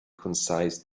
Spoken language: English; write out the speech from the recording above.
concise